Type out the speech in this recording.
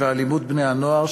ואלימות בני-הנוער,